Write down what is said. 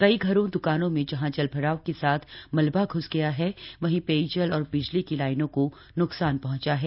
कई घरों द्वकानों में जहां जलभराव के साथ मलवा घुस गया है वहीं पेयजल और बिजली की लाइनों को नुकसान पहुंचा है